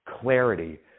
clarity